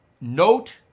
Note